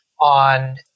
on